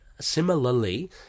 similarly